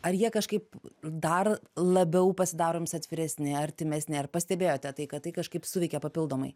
ar jie kažkaip dar labiau pasidaro jums atviresni artimesni ar pastebėjote tai kad tai kažkaip suveikia papildomai